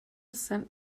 sent